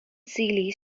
seely